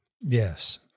Yes